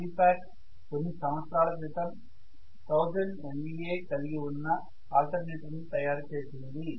సిపాట్ కొన్ని సంవత్సరాల క్రితం 1000 MVA కలిగి ఉన్న ఆల్టర్నేటర్ ని తయారుచేసింది